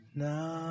now